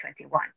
2021